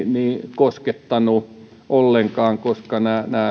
koskettanut ollenkaan koska